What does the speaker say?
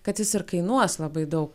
kad jis ir kainuos labai daug